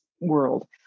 world